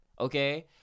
okay